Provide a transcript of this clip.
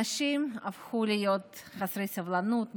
אנשים הפכו להיות לחסרי סבלנות,